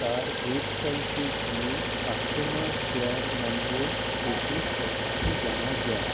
তার ওয়েবসাইটে গিয়ে কাস্টমার কেয়ার নম্বর থেকে সব কিছু জানা যায়